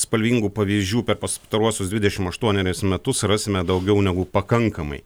spalvingų pavyzdžių per pastaruosius dvidešim aštuoneris metus rasime daugiau negu pakankamai